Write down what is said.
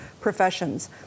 professions